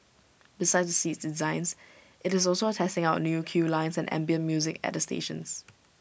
besides the seats designs IT is also testing out new queue lines and ambient music at the stations